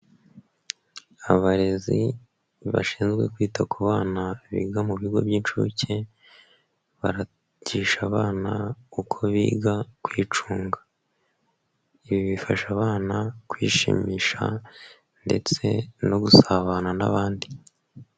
Abarezi bashinzwe kwita ku bana biga mu bigo by'incuke, barigisha abana uko biga kwicunga. Ibi bifasha abana kwishimisha ndetse no gusabana n'abandi.